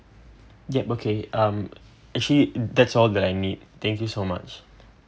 yup okay um actually that's all that I need thank you so much